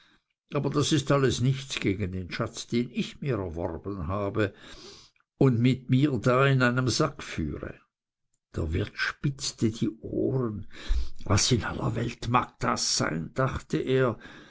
aber das ist alles nichts gegen den schatz den ich mir erworben habe und mit mir da in meinem sack führe der wirt spitzte die ohren was in aller welt mag das sein dachte er